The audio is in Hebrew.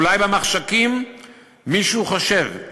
אולי במחשכים מישהו חושב,